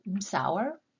sour